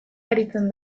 aritzen